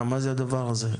מה זה הדבר הזה?